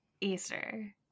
easter